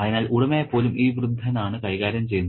അതിനാൽ ഉടമയെ പോലും ഈ വൃദ്ധനാണ് കൈകാര്യം ചെയ്യുന്നത്